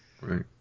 right